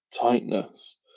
tightness